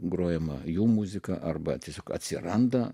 grojama jų muzika arba tiesiog atsiranda